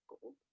Gold